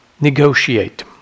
negotiate